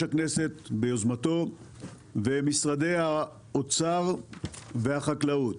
הכנסת ביוזמתו ומשרדי האוצר והחקלאות.